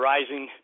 Rising